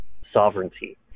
sovereignty